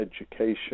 education